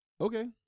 Okay